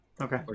Okay